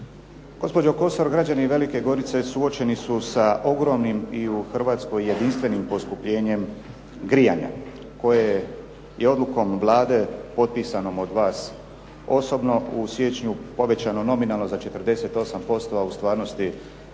Gospođo Kosor, građani Velike Gorice suočeni su sa ogromnim i u Hrvatskoj jedinstvenim poskupljenjem grijanja koje je odlukom Vlade potpisanom od vas osobno u siječnju povećano nominalno za 48%, a u stvarnosti